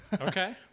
Okay